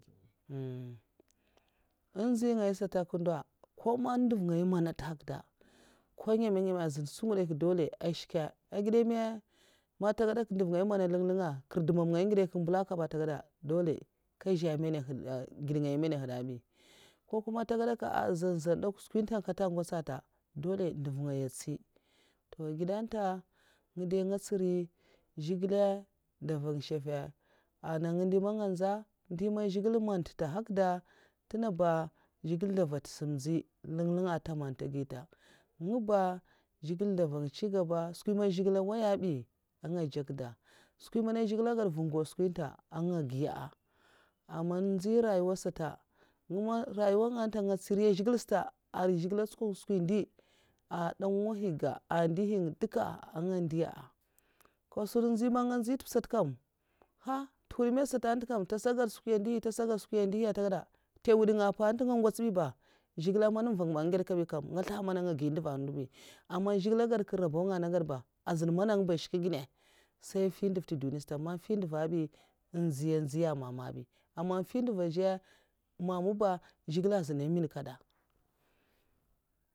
Nzèy ngaya sata nkw ndo ko ngèmè ngèmè azun skwi ngidè nkyèkya dolè shka man ntè gèdakh ndèv ngai man nhèd nlèng nlènga nkèr dèmmangaya ngèda kyakya mbulam nkèba ntè gadaka. dolè ngèd ngaya èhn manahyèda bi ko kuma ntègèdak kè zan zan dè kwa'skwi ntè kèta ngwotsèa ntè dolè nduvngaya ntsi toh ngèda ntè nga dai ntsiri ènya zhigilè da nvang nshèffè' ana ndè man nga ntsèh ndè man zhigilè man dèta nhèrkada ntènga ba zhigilè ntè nvad sim nzyi man lèng lènga ntè man ntè gita nga ba zhigilè ntè nvang ncigaba skwi man nwoya bi ènga njèkda skwi man zhigilè ngada mvagau skwi ntè nga giya aman nzyi rayuwasata, nga ma rayuwa nga ntè sèi man nga ntsiri zhigilè sata zhigilè nckwa nskwi ndi ah danuwahiga ahndèhi nga nduka nga ndèiya ngasun anzyi man nga nziy ntèp sta nkam ha ntèhwud man stad kam ntèshagèd nskwi ndèh ntèshagèd ndèhi tègada ntènwid nga mpta nga ngw0tsbi zhigilè man nmva ba ngada nkè nslaha man nga ngèda ngè mba nka, nkè nslaha anga ngiy ndva ndo ba aman zhigil ngèdka rabonga nad gèdba azun man ngèngè ba shkèginnè sèi nfuyi ndèva ntè duniya sata man mfyi ndèva bi nziy mziya aman mfiy ndèva za a mèmè azuna minakèda